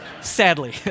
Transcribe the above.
Sadly